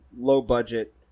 low-budget